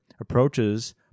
approaches